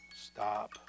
Stop